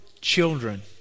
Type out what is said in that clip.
children